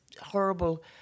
horrible